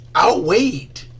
outweighed